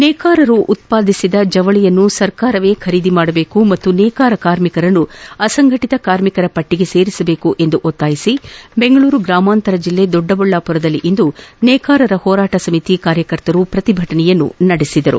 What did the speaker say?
ನೇಕಾರರು ಉತ್ಪಾದಿಸಿದ ಜವಳಿಯನ್ನು ಸರ್ಕಾರ ಖರೀದಿಸಬೇಕು ಹಾಗೂ ನೇಕಾರ ಕಾರ್ಮಿಕರನ್ನು ಅಸಂಘಟತ ಕಾರ್ಮಿಕರ ಪಟ್ಟಿಗೆ ಸೇರಿಸಬೇಕು ಎಂದು ಒತ್ತಾಯಿಸಿ ಬೆಂಗಳೂರು ಗ್ರಾಮಾಂತರ ಜಿಲ್ಲೆ ದೊಡ್ಡಬಳ್ಳಾಪುರದಲ್ಲಿಂದು ನೇಕಾರರ ಹೋರಾಟ ಸಮಿತಿ ಕಾರ್ಯಕರ್ತರು ಪ್ರತಿಭಟನೆ ನಡೆಸಿದರು